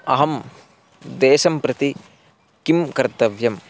अहं देशं प्रति किं कर्तव्यं